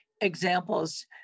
examples